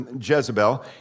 Jezebel